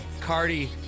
Cardi